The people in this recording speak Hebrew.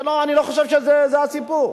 אני לא חושב שזה הסיפור.